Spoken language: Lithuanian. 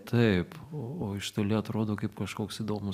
taip o iš toli atrodo kaip kažkoks įdomus